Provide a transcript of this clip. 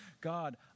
God